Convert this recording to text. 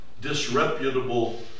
disreputable